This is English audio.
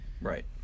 right